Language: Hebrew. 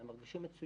הם מרגישים מצוין.